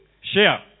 share